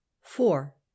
four